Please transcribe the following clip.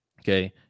okay